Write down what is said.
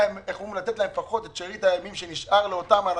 לתת להם את שארית הימים שנשאר לאותם אנשים,